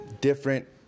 different